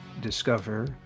discover